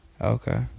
Okay